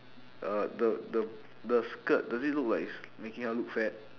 uh the the the skirt does it look like it's making her look fat